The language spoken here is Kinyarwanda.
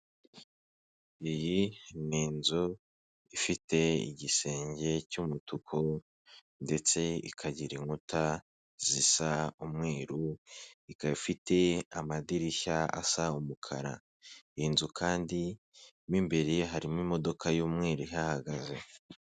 Iyi ni inzu ifite igisenge cy'umutuku ndetse ikagira inkuta zisa umweru, ikaba ifite amadirishya asa umukara, iyi inzu kandi mu imbere harimo imodoka y'umweru ihahagaze.